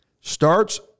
Starts